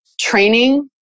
training